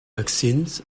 vaccines